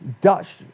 Dutch